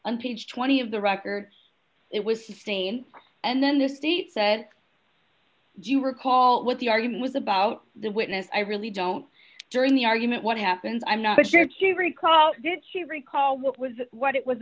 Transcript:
on page twenty of the record it was sustained and then the state said do you recall what the argument was about the witness i really don't during the argument what happens i'm not sure if you recall did she recall what with what it was